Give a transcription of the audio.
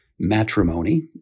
matrimony